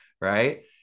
right